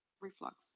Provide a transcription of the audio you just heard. reflux